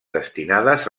destinades